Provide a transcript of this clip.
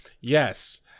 Yes